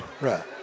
Right